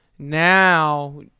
Now